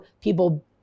people